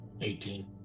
18